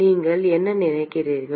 நீங்கள் என்ன நினைக்கறீர்கள்